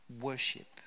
worship